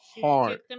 hard